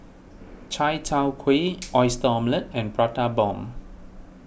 Chai Tow Kway Oyster Omelette and Prata Bomb